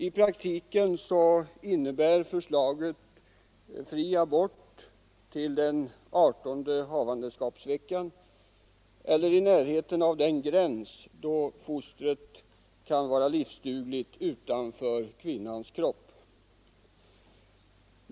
I praktiken innebär förslaget fri abort före utgången av adertonde havandeskapsveckan, dvs. i närheten av den gräns då fostret kan vara livsdugligt utanför kvinnans kropp.